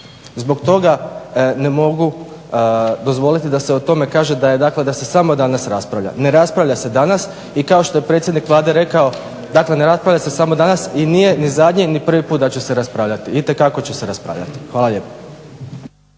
Zbog toga ne mogu dozvoliti da se o tome kaže da se samo danas raspravlja. Ne raspravlja se danas i kao što je predsjednik Vlade rekao, dakle ne raspravlja se samo danas i nije ni zadnji ni prvi put da će se raspravljati. Itekako